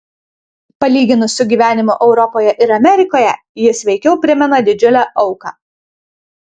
palyginus su gyvenimu europoje ir amerikoje jis veikiau primena didžiulę auką